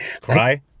Cry